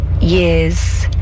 years